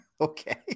Okay